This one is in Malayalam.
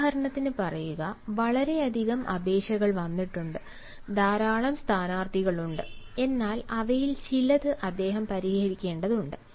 ഉദാഹരണത്തിന് പറയുക വളരെയധികം അപേക്ഷകൾ വന്നിട്ടുണ്ട് ധാരാളം സ്ഥാനാർത്ഥികൾ ഉണ്ട് എന്നാൽ അവയിൽ ചിലത് അദ്ദേഹം പരിശോധിക്കേണ്ടതുണ്ട്